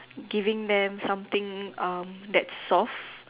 giving them something um that's soft